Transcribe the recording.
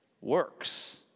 works